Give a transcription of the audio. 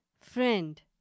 friend